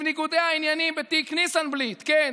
ניגודי העניינים בתיק "ניסנ-בליט" כן,